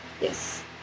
Yes